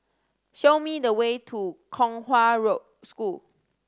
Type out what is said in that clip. show me the way to Kong Hwa Road School